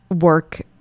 work